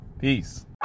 Peace